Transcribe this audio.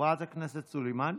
חברת הכנסת סלימאן,